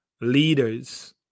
leaders